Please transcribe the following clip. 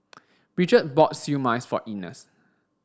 Bridget bought Siew Mai for Ines